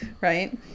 right